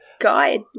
guide